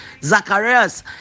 Zacharias